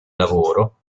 lavoro